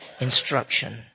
instruction